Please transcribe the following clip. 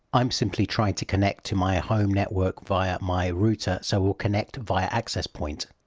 i'm simply trying to connect to my home network via my router so we'll connect via access point.